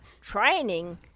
training